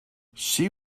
she